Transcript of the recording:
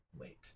late